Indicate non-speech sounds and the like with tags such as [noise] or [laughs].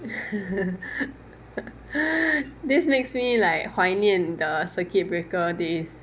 [laughs] this makes me like 怀念的 circuit breaker days